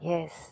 Yes